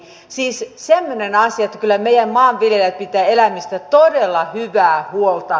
siis semmoinen asia että kyllä meillä maanviljelijät pitävät eläimistä todella hyvää huolta